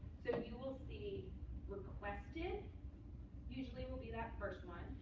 so you will see requested usually will be that first one.